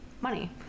money